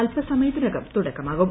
അല്പസമയത്തിനകം തുടക്കമാകും